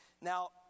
Now